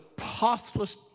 pathless